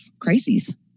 crises